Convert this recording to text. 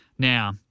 Now